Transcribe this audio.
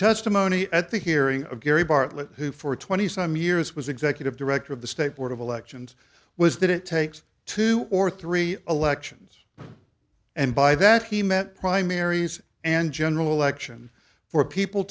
testimony at the hearing of gary bartlett who for twenty some years was executive director of the state board of elections was that it takes two or three elections and by that he met primaries and general election for people